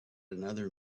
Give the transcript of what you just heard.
another